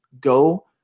go